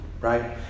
right